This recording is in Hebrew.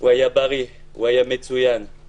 הוא היה בריא, מצבו היה מצוין.